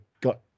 got